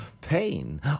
pain